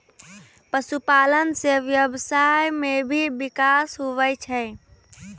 पशुपालन से व्यबसाय मे भी बिकास हुवै छै